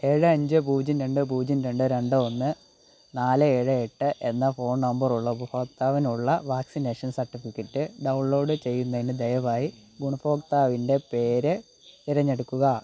ഏഴ് അഞ്ച് പൂജ്യം രണ്ട് പൂജ്യം രണ്ട് രണ്ട് ഒന്ന് നാല് ഏഴ് എട്ട് എന്ന ഫോൺ നമ്പർ ഉള്ള ഉപഭോക്താവിനുള്ള വാക്സിനേഷൻ സർട്ടിഫിക്കറ്റ് ഡൗൺലോഡ് ചെയ്യുന്നതിന് ദയവായി ഗുണഭോക്താവിൻ്റെ പേര് തിരഞ്ഞെടുക്കുക